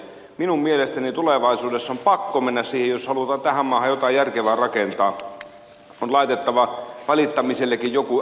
minun mielestäni tulevaisuudessa on pakko mennä siihen jos halutaan tähän maahan jotain järkevää rakentaa että on laitettava valittamisellekin joku ääri ja raja